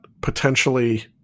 potentially